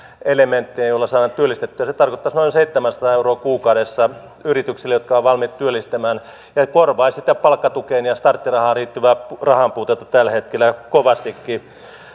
elementteinä joilla saadaan työllistettyä se tarkoittaisi noin seitsemänsataa euroa kuukaudessa yrityksille jotka ovat valmiit työllistämään ja korvaisi sitä palkkatukeen ja starttirahaan riittyvää rahanpuutetta tällä hetkellä kovastikin